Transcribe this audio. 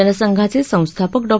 जनसंघाचे संस्थापक डॉ